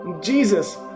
Jesus